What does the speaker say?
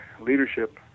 leadership